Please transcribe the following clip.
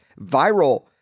viral